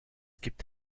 gibt